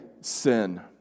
sin